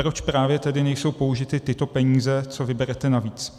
Proč právě tedy nejsou použity tyto peníze, co vyberete navíc?